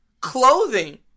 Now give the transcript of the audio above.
Clothing